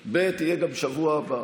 3. יהיה גם בשבוע הבא.